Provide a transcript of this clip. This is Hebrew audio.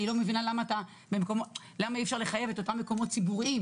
אני לא מבינה למה אי-אפשר לחייב את אותם מקומות ציבוריים